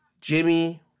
Jimmy